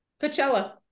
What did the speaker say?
Coachella